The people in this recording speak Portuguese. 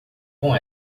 com